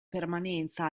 permanenza